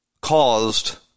caused